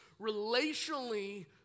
relationally